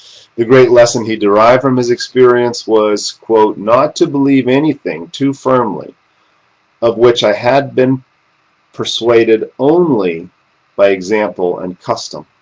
the great lesson he derived from his experience, was not to believe anything too firmly of which i had been persuaded only by example and custom.